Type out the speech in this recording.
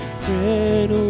friend